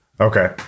Okay